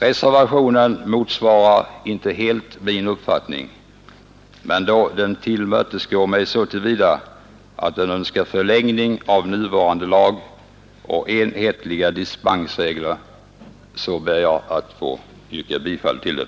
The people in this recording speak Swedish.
Reservationen motsvarar inte helt min uppfattning, men då den tillmötesgår mig så till vida att den syftar till en förlängning av nuvarande lag och enhetliga dispensregler, ber jag att få yrka bifall till den.